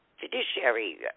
Judiciary